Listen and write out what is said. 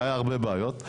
היו הרבה בעיות,